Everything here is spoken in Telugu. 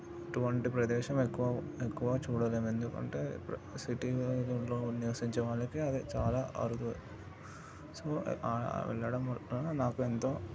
అటువంటి ప్రదేశం ఎక్కువ ఎక్కువ చూడలేం ఎందుకంటే సిటీలో ఉంనే నివసించే వాళ్ళకి చాలా అరుదు సో ఆ వెళ్ళడం వల్ల నాకు ఎంతో